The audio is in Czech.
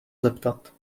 zeptat